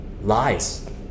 lies